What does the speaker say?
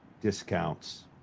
discounts